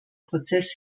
prozess